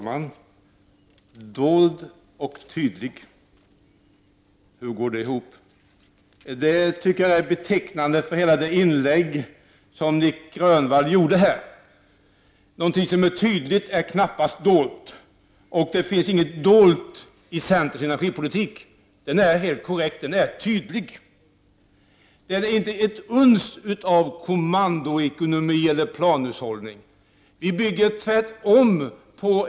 Fru talman! Dold och tydlig — hur går det ihop? Dessa ord tycker jag är betecknande för hela det inlägg som Nic Grönvall gjorde här. Någonting som är tydligt är knappast dolt, och det finns inget dolt i centerns energipolitik. Det är helt korrekt att den är tydlig. Det finns inte ett uns av kommandoekonomi eller planhushållning i vår politik.